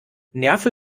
nerve